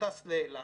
שטס לאילת,